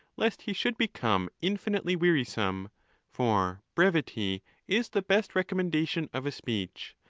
lest he should become infinitely wearisome for brevity is the best recom mendation of a speech,